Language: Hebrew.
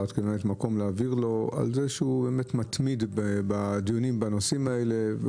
ואת כממלאת מקום להעביר לו על זה שהוא מתמיד בדיונים בנושאים האלה,